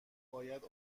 باید